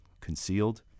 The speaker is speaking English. Concealed